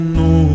no